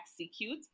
execute